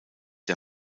der